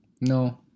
No